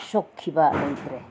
ꯁꯣꯛꯈꯤꯕ ꯂꯩꯇ꯭ꯔꯦ